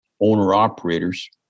owner-operators